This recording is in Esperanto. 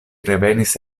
revenis